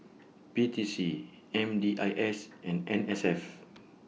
P T C M D I S and N S F